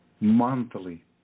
monthly